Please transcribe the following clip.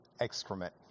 excrement